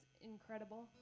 incredible